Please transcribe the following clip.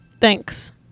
thanks